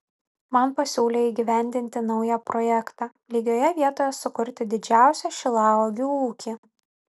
man pasiūlė įgyvendinti naują projektą lygioje vietoje sukurti didžiausią šilauogių ūkį